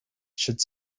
should